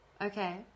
Okay